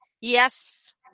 yes